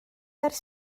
ers